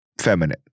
feminine